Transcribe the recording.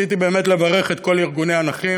רציתי באמת לברך את כל ארגוני הנכים,